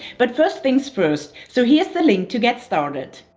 but first things first. so here's the link to get started.